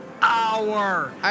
hour